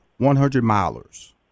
100-milers